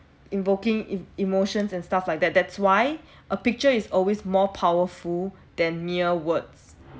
invoking em~ emotions and stuff like that that's why a picture is always more powerful than mere words